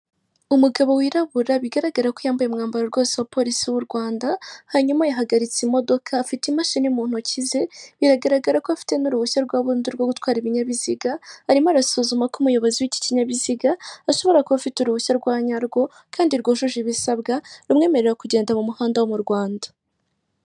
Umugabo wirabura bigaragara ko yambaye umwambaro rwose wa polisi w'u Rwanda, hanyuma yahagaritse imodoka afite imashini mu ntoki ze, biragaragara ko afite n'uruhushya rwa burundu rwo gutwara ibinyabiziga, arimo arasuzuma ko umuyobozi w'iki KInyabiziga ashobora kuba afite uruhushya rwa nyarwo kandi rwujuje ibisabwa rumwemerera kugenda mu muhanda wo mu Rwanda.